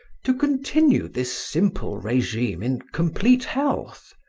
to continue this simple regime in complete health!